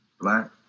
black